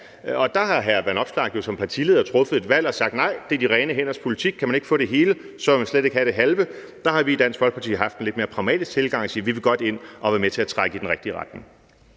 der har hr. Alex Vanopslagh som partileder truffet et valg og sagt, at det skal være de rene hænders politik; kan man ikke få det hele, vil man slet ikke have det halve. Der har vi i Dansk Folkeparti haft en lidt mere pragmatisk tilgang og sagt, at vi godt vil ind og være med til at trække i den rigtige retning.